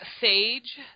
Sage